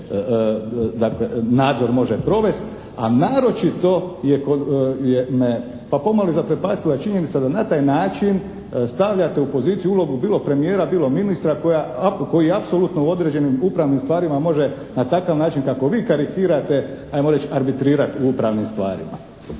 nadzor može provesti. A naročito me, pa pomalo i zaprepastila, činjenica da na taj način stavljate u poziciju ulogu bilo premijera, bilo ministra koji apsolutno u određenim upravnim stvarima može na takav način kako vi karikirate, ajmo reć, arbitrira u upravnim stvarima.